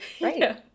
Right